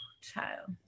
child